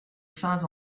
fins